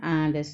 ah the s~